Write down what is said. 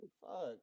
Fuck